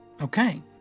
Okay